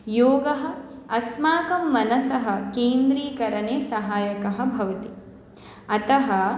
योगः अस्माकं मनसः केन्द्रीकरणे सहायकः भवति अतः